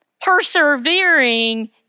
Persevering